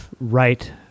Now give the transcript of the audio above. right